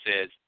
says